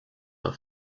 are